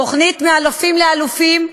התוכנית "מאלפים לאלופים"